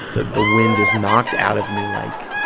the wind is knocked out of me. like,